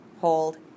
Hold